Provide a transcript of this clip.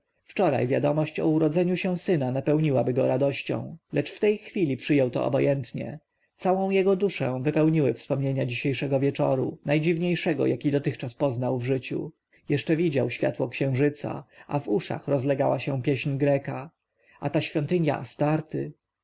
wczoraj wiadomość o urodzeniu się syna napełniłaby go radością lecz w tej chwili przyjął ją obojętnie całą duszę wypełniły mu wspomnienia dzisiejszego wieczora najdziwniejszego jaki dotychczas poznał w życiu jeszcze widział światło księżyca w uszach rozlegała się pieśń greka a ta świątynia astarty